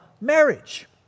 marriage